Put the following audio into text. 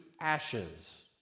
ashes